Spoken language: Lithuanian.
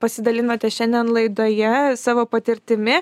pasidalinote šiandien laidoje savo patirtimi